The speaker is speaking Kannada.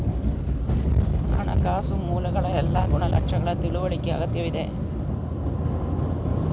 ಹಣಕಾಸು ಮೂಲಗಳ ಎಲ್ಲಾ ಗುಣಲಕ್ಷಣಗಳ ತಿಳುವಳಿಕೆ ಅಗತ್ಯವಿದೆ